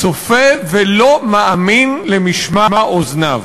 צופה ולא מאמין למשמע אוזניו.